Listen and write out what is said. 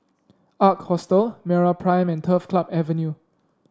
Ark Hostel MeraPrime and Turf Club Avenue